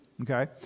okay